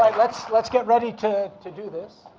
right, let's let's get ready to to do this.